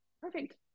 perfect